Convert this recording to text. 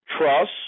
trust